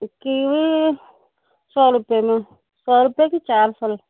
kiwi سو روپیے میں سو روپیے کی چار پھل